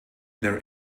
there